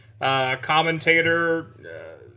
Commentator